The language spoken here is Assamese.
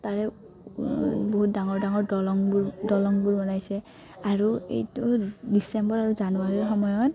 তাৰে বহুত ডাঙৰ ডাঙৰ দলংবোৰ দলংবোৰ বনাইছে আৰু এইটো ডিচেম্বৰ আৰু জানুৱাৰীৰ সময়ত